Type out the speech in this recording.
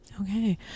Okay